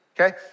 okay